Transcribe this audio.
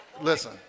listen